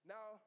Now